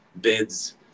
bids